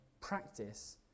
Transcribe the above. practice